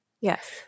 Yes